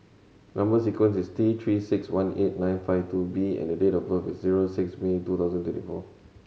number sequence is T Three Six One eight nine five two B and date of birth is zero six May two thousand twenty four